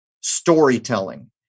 storytelling